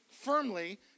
firmly